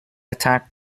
attack